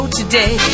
today